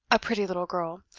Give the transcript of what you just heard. a pretty little girl,